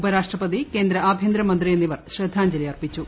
ഉപരാഷ്ട്രപതി കേന്ദ്ര ആഭൃന്തരമന്ത്രി എന്നിവർ ശ്രദ്ധാഞ്ജലി അർപ്പിച്ചു